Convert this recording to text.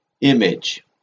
image